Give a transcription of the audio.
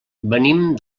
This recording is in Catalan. venim